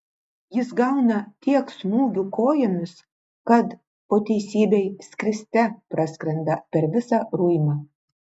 jis gauna tiek smūgių kojomis kad po teisybei skriste praskrenda per visą ruimą